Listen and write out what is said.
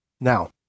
Now